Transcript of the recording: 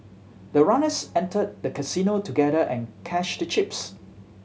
the runners entered the casino together and cashed the chips